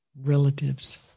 relatives